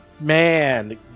Man